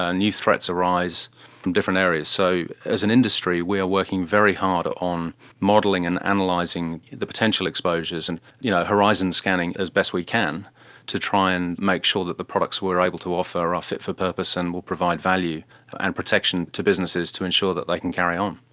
ah new threats arise from different areas. so as an industry we are working very hard on modelling and and analysing the potential exposures, and you know horizon scanning as best we can to try and make sure that the products we are able to offer are are fit for purpose and will provide value and protection to businesses to ensure that they like can carry on.